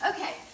Okay